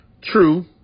True